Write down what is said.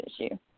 issue